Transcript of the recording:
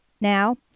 Now